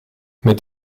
mit